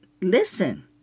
listen